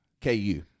KU